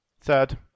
third